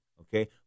okay